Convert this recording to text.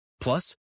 plus